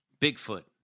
Bigfoot